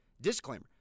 Disclaimer